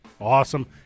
Awesome